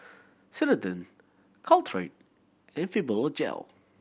Ceradan Caltrate and Fibogel